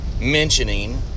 mentioning